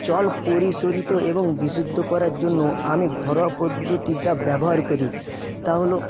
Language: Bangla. জল পরিশোধিত এবং বিশুদ্ধ করার জন্য আমি ঘরোয়া পদ্ধতি যা ব্যবহার করি তা হল